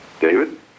David